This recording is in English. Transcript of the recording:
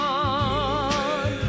on